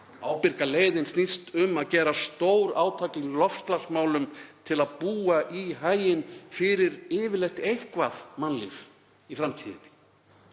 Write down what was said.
Ábyrga leiðin snýst um að gera stórátak í loftslagsmálum til að búa í haginn fyrir yfirleitt eitthvað mannlíf í framtíðinni.